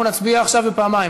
אנחנו נצביע עכשיו פעמיים.